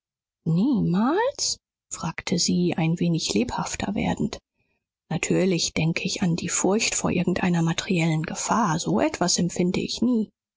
niemals fragte sie ein wenig lebhafter werdend natürlich denke ich an die furcht vor irgendeiner materiellen gefahr so etwas empfinde ich nie